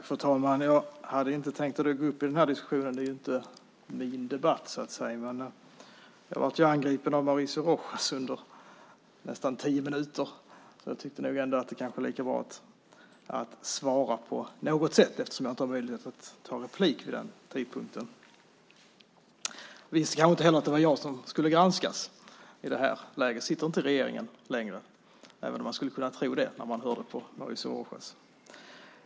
Fru talman! Jag hade inte tänkt delta i den här diskussionen. Det är inte min debatt så att säga. Men jag blev angripen av Mauricio Rojas under nästan tio minuter. Därför tycker jag att det kanske är lika bra att jag svarar på något sätt eftersom jag inte hade möjlighet att ta replik vid den tidpunkten. Jag visste inte heller att det var jag som skulle granskas i det här läget. Jag sitter inte i regeringen längre, även om man skulle kunna tro det när man hör Mauricio Rojas.